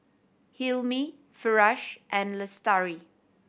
Hilmi Firash and Lestari